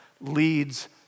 leads